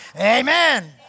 Amen